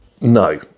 No